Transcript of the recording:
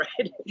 Right